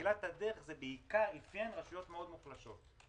בתחילת הדרך זה אפיין בעיקר רשויות מוחלשות מאוד.